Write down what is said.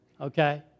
okay